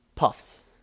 Puffs